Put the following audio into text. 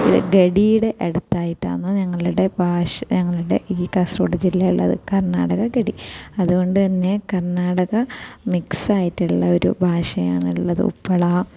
ഗഡിയുടെ അടുത്തായിട്ടാണ് ഞങ്ങളുടെ ഭാഷ ഞങ്ങളുടെ ഈ കാസർഗോഡ് ജില്ല ഉള്ളത് കർണാടക ഗഡി അതുകൊണ്ടുതന്നെ കർണാടക മിക്സായിട്ടുള്ള ഒരു ഭാഷയാണ് ഉള്ളത് ഉപ്പള